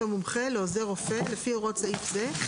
מומחה לעוזר רופא לפי הוראות סעיף זה,